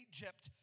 Egypt